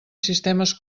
sistemes